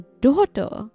daughter